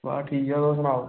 साढ़ा ठीक ऐ तुस सनाओ